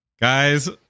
Guys